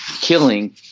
killing